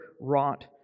wrought